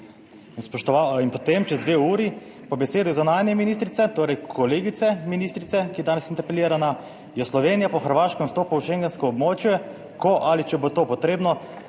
In potem čez dve uri po besedah zunanje ministrice, torej kolegice ministrice, ki je danes interpelirana, je Slovenija po hrvaškem vstopu v schengensko območje, ko ali če bo to potrebno,